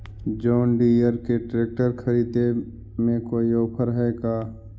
जोन Deere के tractor खरिदे में कोई औफर है का?